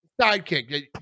sidekick